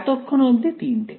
এতক্ষণ অবধি তিনটে